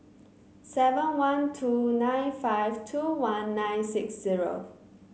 seven one two nine five two one nine six zero